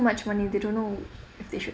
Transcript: much money they don't know if they should